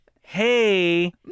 Hey